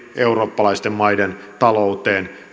eurooppalaisten maiden talouteen